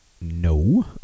no